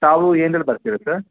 ತಾವು ಏನ್ದ್ರಲ್ಲಿ ಬರ್ತೀರ ಸರ್